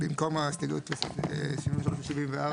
במקום הסתייגות 73 ו-74.